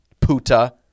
puta